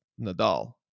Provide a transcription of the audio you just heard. nadal